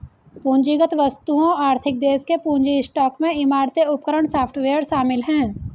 पूंजीगत वस्तुओं आर्थिक देश के पूंजी स्टॉक में इमारतें उपकरण सॉफ्टवेयर शामिल हैं